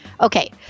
Okay